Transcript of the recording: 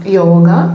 yoga